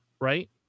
right